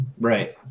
right